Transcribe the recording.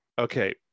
okay